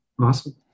Awesome